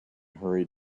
hurried